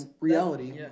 reality